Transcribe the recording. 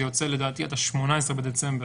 זה יוצא לדעתי עד ה-18 בדצמבר,